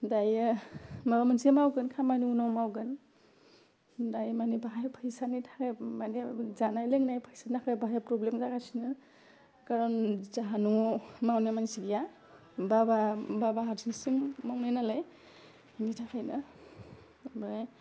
दायो माबा मोनसे मावगोन खामानि उनाव मावगोन दायो माने बाहाय फैसानि थाखाय माने जानाय लोंनाय फैसानि थाखाय बाहाय प्रब्लेम जागासिनो कारन जाहा न'वाव मावनाय मानसि गैया बाबा बाबा हारसिंसो मावनाय नालाय बिनि थाखायनो